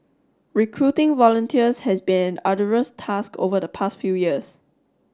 recruiting volunteers has been an arduous task over the past few years